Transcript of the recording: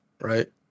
right